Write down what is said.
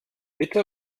bitte